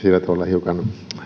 hiukan